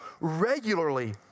regularly